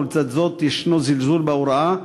ולצד זה יש זלזול בהוראה,